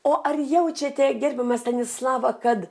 o ar jaučiate gerbiama stanislava kad